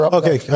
okay